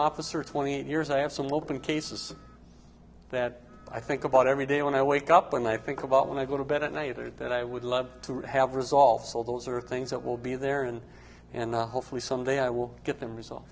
officer twenty eight years i have some hope in cases that i think about every day when i wake up and i think about when i go to bed at night or that i would love to have resolved so those are things that will be there and and the hopefully someday i will get them res